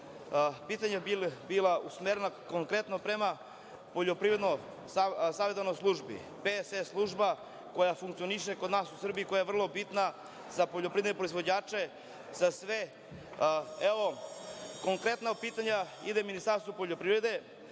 Pitanja bi bila usmerena konkretno prema Poljoprivrednoj savetodavnoj službi, PSS služba koja funkcioniše kod nas u Srbiji i koja je vrlo bitna za poljoprivredne proizvođače. Konkretno pitanje ide Ministarstvu poljoprivrede